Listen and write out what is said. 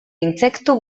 intsektu